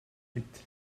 huit